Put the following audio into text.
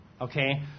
Okay